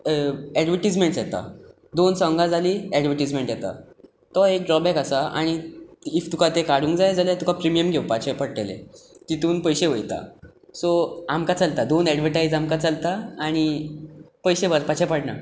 advertisements येता दोन सोंगां जाली एडवटीजमेंट येता तो एक ड्रॉबॅक आसा आनी इफ तुका ते काडूंक जाय जाल्यार तुका प्रिमीयम घेवपाचे पडटेलें तातूंत पयशे वयता सो आमकां चलता दोन एडवटायज आमकां चलता आनी पयशे भरपाचें पडना